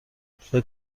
فکر